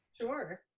Sure